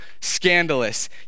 scandalous